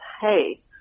Hey